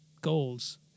goals